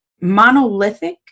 monolithic